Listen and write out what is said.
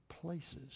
places